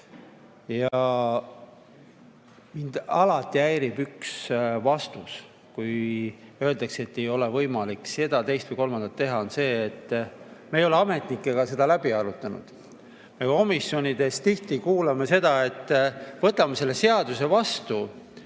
Ja mind alati häirib üks vastus, kui öeldakse, et ei ole võimalik seda, teist või kolmandat teha, me ei ole ametnikega seda läbi arutanud. Me komisjonides tihti kuuleme seda, et võtame selle seaduse vastu